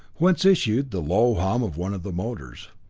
whence issued the low hum of one of the motors.